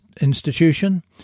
Institution